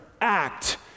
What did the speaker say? act